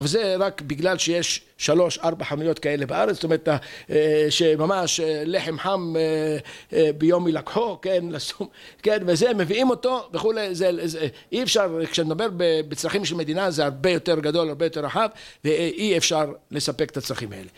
וזה רק בגלל שיש שלוש, ארבע חנויות כאלה בארץ, זאת אומרת, שממש לחם חם ביום הילקחו, כן, וזה מביאים אותו וכולי, אי אפשר, כשאני מדבר בצרכים של מדינה, זה הרבה יותר גדול, הרבה יותר רחב, ואי אפשר לספק את הצרכים האלה.